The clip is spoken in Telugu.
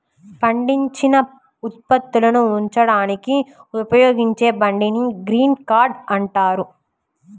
పండించిన ఉత్పత్తులను ఉంచడానికి ఉపయోగించే బండిని గ్రెయిన్ కార్ట్ అంటారు